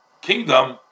kingdom